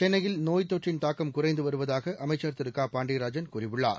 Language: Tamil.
சென்னையில் நோய்த் தொற்றின் தாக்கம் குறைந்து வருவதாக அமைச்சர் திரு க பாண்டியராஜன் கூறியுள்ளார்